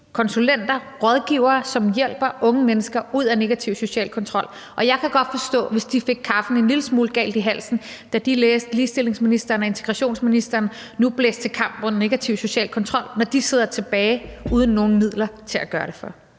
konsulenter, rådgivere, som hjælper unge mennesker ud af negativ social kontrol. Jeg kan godt forstå, hvis de fik kaffen en lille smule galt i halsen, da de læste, at ligestillingsministeren og integrationsministeren nu blæste til kamp mod den negative sociale kontrol, når de sidder tilbage uden nogen midler til at gøre det for.